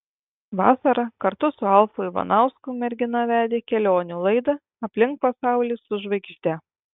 vasarą kartu su alfu ivanausku mergina vedė kelionių laidą aplink pasaulį su žvaigžde